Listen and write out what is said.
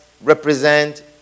represent